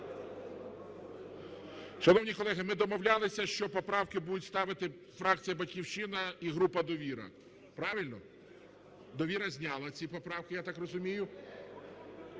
Шановні колеги, ми домовлялися, що поправки будуть ставити фракція "Батьківщина" і група "Довіра". Правильно? "Довіра" зняла ці поправки, я так розумію.